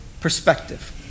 perspective